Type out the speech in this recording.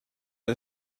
are